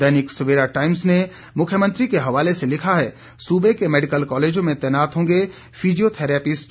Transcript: दैनिक Savera Times ने मुख्यमंत्री के हवाले से लिखा है सूबे के मैडिकल कॉलेजों में तैनात होंगे फिजियोथैरेपिस्ट